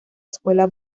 escuela